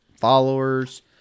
followers